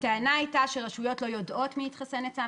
הטענה הייתה שהרשויות לא יודעות מי התחסן אצלן.